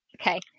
Okay